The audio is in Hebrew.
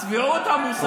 הצביעות המוסרית הזאת,